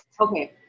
Okay